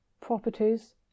properties